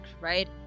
right